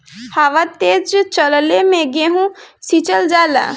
हवा तेज चलले मै गेहू सिचल जाला?